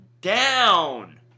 down